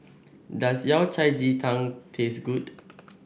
does Yao Cai Ji Tang taste good